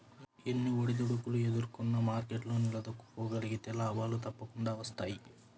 ఎన్ని ఒడిదుడుకులు ఎదుర్కొన్నా మార్కెట్లో నిలదొక్కుకోగలిగితే లాభాలు తప్పకుండా వస్తాయి